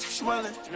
swelling